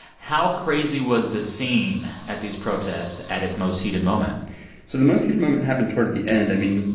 how crazy was the scene at these protests at its most heated moment? so the most heated moment happened toward the end. i mean,